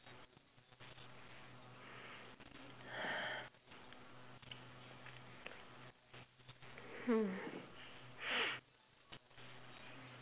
hmm